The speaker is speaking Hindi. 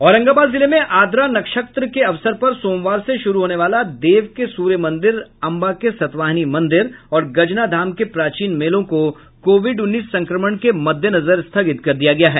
औरंगाबाद जिले में आद्रा नक्षत्र अवसर पर सोमवार से शुरू होने वाला देव के सूर्य मंदिर अम्बा के सतवाहनी मंदिर और गजना धाम के प्राचीन मेलों को कोविड उन्नीस संक्रमण के मद्देनजर स्थगित कर दिया गया है